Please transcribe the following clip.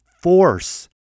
force